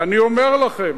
אני אומר לכם,